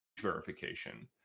verification